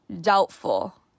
doubtful